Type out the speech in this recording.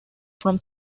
from